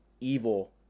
evil